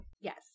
yes